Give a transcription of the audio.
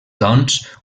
doncs